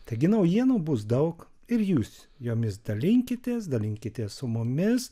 taigi naujienų bus daug ir jūs jomis dalinkitės dalinkitės su mumis